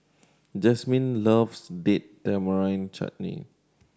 Jasmyn loves Date Tamarind Chutney